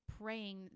praying